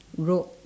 road